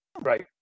Right